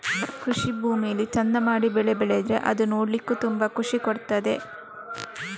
ಕೃಷಿ ಭೂಮಿಲಿ ಚಂದ ಮಾಡಿ ಬೆಳೆ ಬೆಳೆದ್ರೆ ಅದು ನೋಡ್ಲಿಕ್ಕೂ ತುಂಬಾ ಖುಷಿ ಕೊಡ್ತದೆ